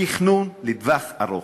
תכנון לטווח ארוך.